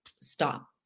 stop